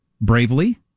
bravely